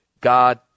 God